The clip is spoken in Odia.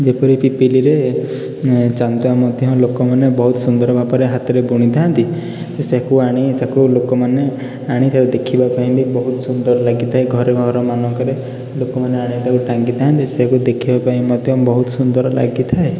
ଯେପରି ପିପିଲିରେ ଚାନ୍ଦୁଆ ମଧ୍ୟ ଲୋକମାନେ ବହୁତ ସୁନ୍ଦର ଭାବରେ ହାତରେ ବୁଣିଥାନ୍ତି ସେକୁ ଆଣି ତା'କୁ ଲୋକମାନେ ଆଣି ତା'କୁ ଦେଖିବା ପାଇଁ ବି ବହୁତ ସୁନ୍ଦର ଲାଗିଥାଏ ଘରେ ଘରମାନଙ୍କରେ ଲୋକମାନେ ଆଣି ତା'କୁ ଟାଙ୍ଗିଥାନ୍ତି ସେକୁ ଦେଖିବା ପାଇଁ ମଧ୍ୟ ବହୁତ ସୁନ୍ଦର ଲାଗିଥାଏ